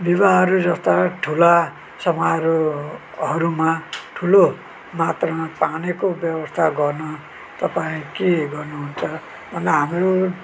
विवाहहरू जस्ता ठुला समारोहहरूमा ठुलो मात्रामा पानीको व्यवस्था गर्न तपाईँ के गर्नुहुन्छ अनि हाम्रो